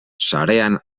sarean